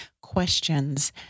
questions